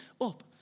up